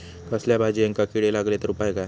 कसल्याय भाजायेंका किडे लागले तर उपाय काय?